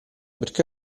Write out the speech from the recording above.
perché